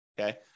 Okay